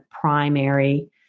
primary